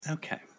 okay